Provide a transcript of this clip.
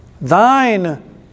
Thine